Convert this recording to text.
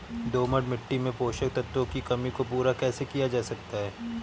दोमट मिट्टी में पोषक तत्वों की कमी को पूरा कैसे किया जा सकता है?